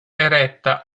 eretta